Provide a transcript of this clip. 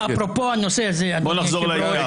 אפרופו הנושא הזה, דקה.